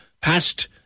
past